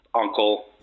uncle